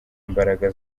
imbaraga